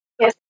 Yes